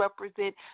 represent